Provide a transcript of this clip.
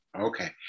Okay